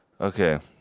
okay